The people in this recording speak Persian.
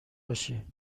باشی